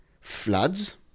floods